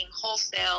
wholesale